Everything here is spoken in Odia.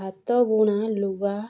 ହାତ ବୁଣା ଲୁଗା